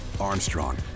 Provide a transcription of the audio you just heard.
Armstrong